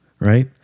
right